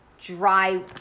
dry